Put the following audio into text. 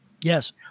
Yes